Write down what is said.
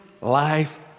life